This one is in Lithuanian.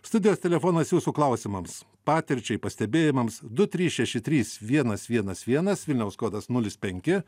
studijos telefonas jūsų klausimams patirčiai pastebėjimams du trys šeši trys vienas vienas vienas vilniaus kodas nulis penki